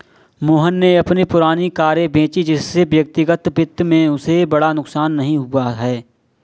मोहन ने अपनी पुरानी कारें बेची जिससे व्यक्तिगत वित्त में उसे बड़ा नुकसान नहीं हुआ है